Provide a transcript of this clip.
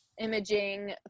imaging